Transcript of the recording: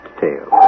tale